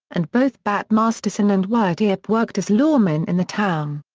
and both bat masterson and wyatt earp worked as lawmen in the town.